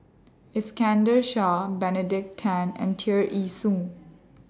Iskandar Shah Benedict Tan and Tear Ee Soon